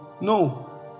No